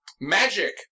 Magic